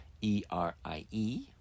E-R-I-E